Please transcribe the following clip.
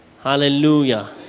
Hallelujah